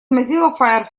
mozilla